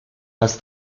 las